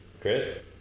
Chris